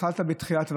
התחלת בתחילת דבריך,